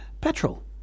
petrol